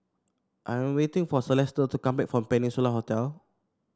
I am waiting for Celesta to come back from Peninsula Hotel